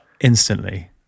instantly